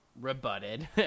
rebutted